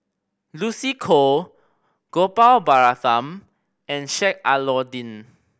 Lucy Koh Gopal Baratham and Sheik Alau'ddin